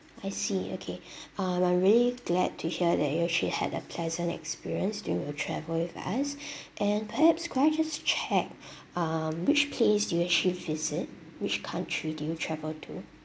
I see okay um I'm really glad to hear that you actually had a pleasant experience during your travel with us and perhaps could I just check um which place did you actually visit which country did you travel to